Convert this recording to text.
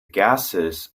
gases